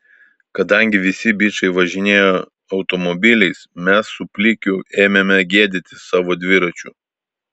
kadangi visi bičai važinėjo automobiliais mes su plikiu ėmėme gėdytis savo dviračių